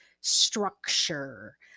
structure